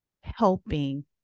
helping